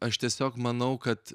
aš tiesiog manau kad